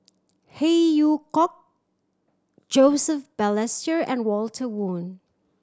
Phey Yew Kok Joseph Balestier and Walter Woon